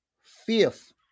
fifth